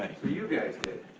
you guys did.